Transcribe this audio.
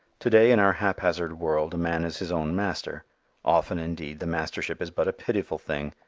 to-day in our haphazard world a man is his own master often indeed the mastership is but a pitiful thing,